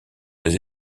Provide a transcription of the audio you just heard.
ses